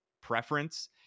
preference